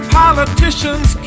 politicians